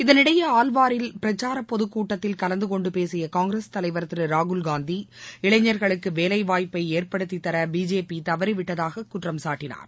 இதனிடையே ஆள்வாரில் பிரச்சார பொதுக் கூட்டத்தில் கலந்து கொண்டு பேசிய காங்கிரஸ் தலைவர் திரு ராகுல்காந்தி இளைஞர்களுக்கு வேலை வாய்ப்பை ஏற்படுத்தித்தர பிஜேபி தவறிவிட்டதாக குற்றம் சாட்டினார்